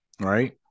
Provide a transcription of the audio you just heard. right